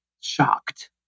shocked